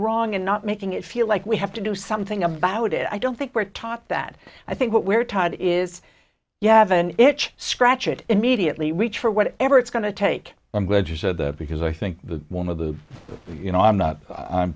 wrong and not making it feel like we have to do something about it i don't think we're taught that i think what we're taught is you have an itch scratch it immediately reach for whatever it's going to take i'm glad you said that because i think that one of the you know i'm not i'm